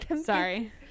Sorry